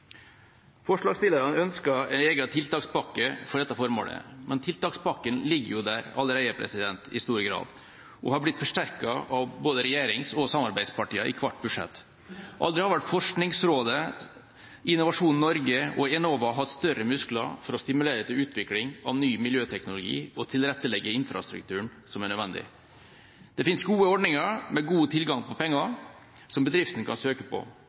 Forslagsstillerne ønsker en egen tiltakspakke for dette formålet, men tiltakspakken ligger jo der i stor grad allerede, og har blitt forsterket av både regjerings- og samarbeidspartiene i hvert budsjett. Aldri har vel Forskningsrådet, Innovasjon Norge og Enova hatt større muskler til å stimulere til utvikling av ny miljøteknologi og tilrettelegge infrastrukturen som er nødvendig. Det finnes gode ordninger med god tilgang på penger som bedrifter kan søke på.